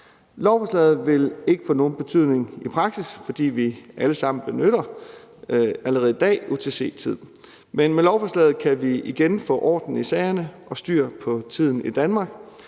Lovforslaget vil ikke få nogen betydning i praksis, fordi vi alle sammen allerede i dag benytter UTC-tid, men med lovforslaget kan vi igen få orden i sagerne og styr på tiden i Danmark.